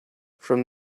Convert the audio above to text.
from